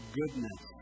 goodness